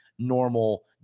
normal